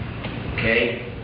Okay